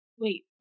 Wait